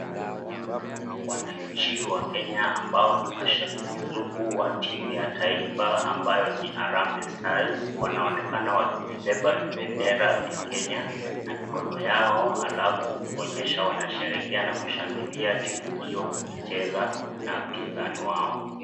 Wanaichi wa Kenya ambao ni mashabiki sugu wa timu ya taifa ambayo ni Harambe stars wanaonekana wakilibeba bendera ya kenya na mikono yao, alafu kuonyesha wanasherehekea na kushangilia timu hiyo ikicheza na wapinzani wao.